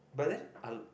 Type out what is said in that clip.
but then are